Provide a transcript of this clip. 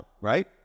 right